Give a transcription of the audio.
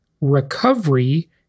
recovery